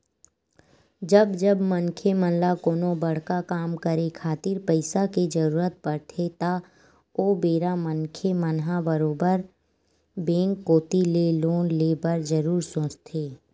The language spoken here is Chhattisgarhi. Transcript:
जब जब मनखे मन ल कोनो बड़का काम करे खातिर पइसा के जरुरत पड़थे त ओ बेरा मनखे मन ह बरोबर बेंक कोती ले लोन ले बर जरुर सोचथे